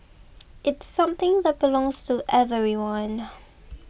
it's something that belongs to everyone